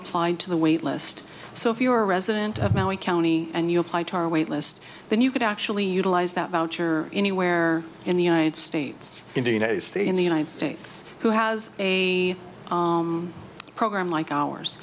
applied to the wait list so if you are a resident of our county and you apply to our wait list then you could actually utilize that voucher anywhere in the united states in the united states in the united states who has a program like ours